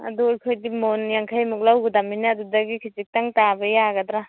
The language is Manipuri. ꯑꯗꯨ ꯑꯩꯈꯣꯏꯗꯤ ꯃꯣꯟ ꯌꯥꯡꯈꯩꯃꯨꯛ ꯂꯧꯒꯗꯕꯅꯤꯅ ꯑꯗꯨꯗꯒꯤ ꯈꯤꯖꯤꯛꯇꯪ ꯇꯥꯕ ꯌꯥꯒꯗ꯭ꯔꯥ